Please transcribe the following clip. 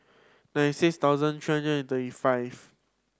ninety six thousand three hundred and thirty five